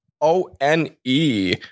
O-N-E